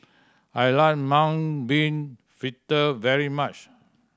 I like mung bean fritter very much